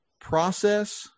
process